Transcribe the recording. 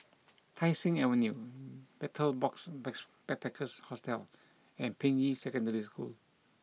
Tai Seng Avenue Betel Box bask Backpackers Hostel and Ping Yi Secondary School